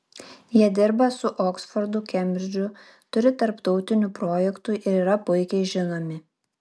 jie dirba su oksfordu kembridžu turi tarptautinių projektų ir yra puikiai žinomi